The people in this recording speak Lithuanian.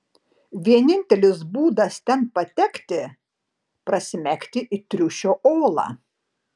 vienintelis būdas ten patekti prasmegti į triušio olą